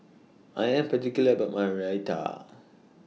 I Am particular about My Raita